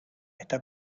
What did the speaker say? está